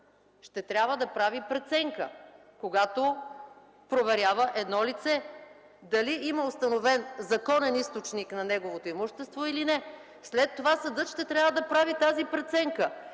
ще трябва да прави преценка, когато проверява едно лице, дали има установен законен източник на неговото имущество или не. След това съдът ще трябва да прави тази преценка